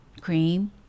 cream